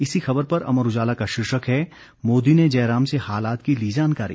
इसी खबर पर अमर उजाला का शीर्षक है मोदी ने जयराम से हालात की ली जानकारी